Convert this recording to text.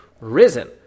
risen